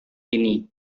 ini